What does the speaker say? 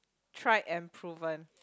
Tried and Proven